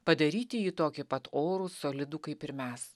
padaryti jį tokį pat orų solidų kaip ir mes